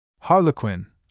Harlequin